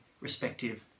respective